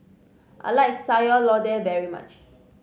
I like Sayur Lodeh very much